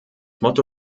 motto